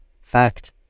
fact